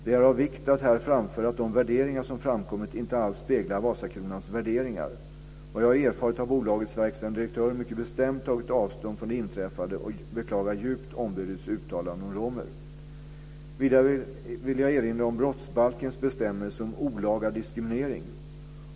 Det är av vikt att här framföra att de värderingar som framkommit inte alls speglar Vasakronans värderingar. Vad jag har erfarit har bolagets verkställande direktör mycket bestämt tagit avstånd från det inträffade och beklagar djupt ombudets uttalande om romer. Vidare vill jag erinra om brottsbalkens bestämmelse om olaga diskriminering.